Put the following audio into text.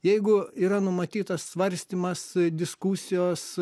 jeigu yra numatytas svarstymas diskusijos